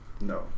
No